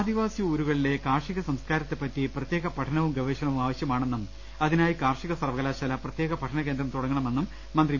ആദിവാസി ഊരുകളിലെ കാർഷിക സംസ്കാരത്തെപ്പറ്റി പ്രത്യേക പഠനവും ഗവേഷണവും ആവശ്യമാണെന്നും അതി നായി കാർഷിക സർവ്വകലാശാല പ്രത്യേക പഠനകേന്ദ്രം തുട ങ്ങണമെന്നും മന്ത്രി വി